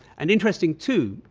and interesting, too,